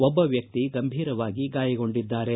ಒಬ್ಬ ವ್ಯಕ್ತಿ ಗಂಭೀರವಾಗಿ ಗಾಯಗೊಂಡಿದ್ದಾರೆ